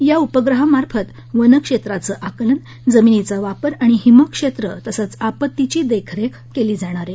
या उपग्रहांमार्फत वनक्षेत्राचं आकलन जमिनीचा वापर आणि हिमक्षेत्र तसंच आपत्तीची देखरेख केली जाणार आहे